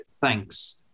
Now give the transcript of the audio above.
Thanks